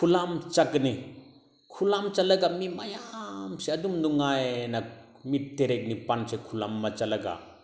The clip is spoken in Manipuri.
ꯈꯨꯠꯂꯪ ꯆꯠꯀꯅꯤ ꯈꯨꯠꯂꯪ ꯆꯠꯂꯒ ꯃꯤ ꯃꯌꯥꯝꯁꯦ ꯑꯗꯨꯝ ꯅꯨꯡꯉꯥꯏꯅ ꯃꯤ ꯇꯔꯦꯠ ꯅꯤꯄꯥꯟꯁꯦ ꯈꯨꯟ ꯑꯃ ꯆꯠꯂꯒ